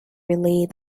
relay